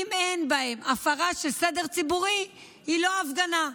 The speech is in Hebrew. אם אין בה הפרה של סדר ציבורי, היא לא הפגנה.